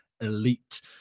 elite